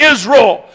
Israel